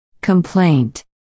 Complaint